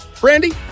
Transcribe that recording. Brandy